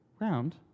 round